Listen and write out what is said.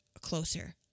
closer